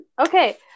Okay